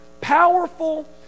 powerful